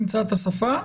נמצא את השפה.